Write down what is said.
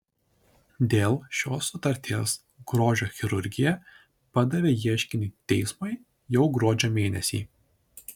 dėl šios sutarties grožio chirurgija padavė ieškinį teismui jau gruodžio mėnesį